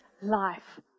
life